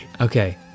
Okay